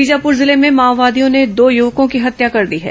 बीजापुर जिले में माओवादियों ने दो युवकों की हत्या कर दी है